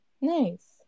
Nice